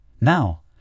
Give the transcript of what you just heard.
Now